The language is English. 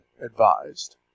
advised